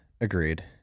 agreed